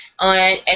On